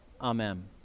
Amen